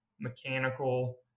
mechanical